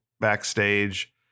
backstage